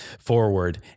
forward